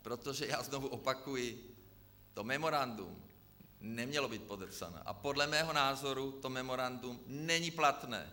Protože já znovu opakuji, to memorandum nemělo být podepsané a podle mého názoru to memorandum není platné.